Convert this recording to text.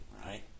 right